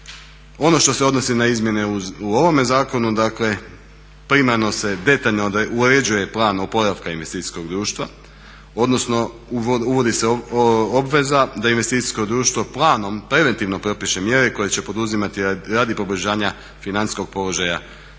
Ono što se odnosi na izmjene u ovome zakonu, dakle primarno se detaljno uređuje plan oporavka investicijskog društva, odnosno uvodi se obveza da investicijsko društvo planom preventivno propiše mjere koje će poduzimati radi poboljšanja financijskog položaja tog investicijskog